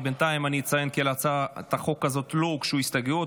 בינתיים אני אציין כי להצעת החוק הזאת לא הוגשו הסתייגויות.